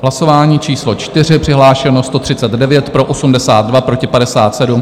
Hlasování číslo 4, přihlášeno 139, pro 82, proti 57.